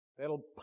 That'll